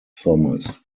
thomas